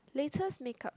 latest makeup